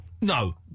No